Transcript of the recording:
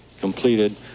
completed